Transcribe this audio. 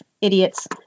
idiots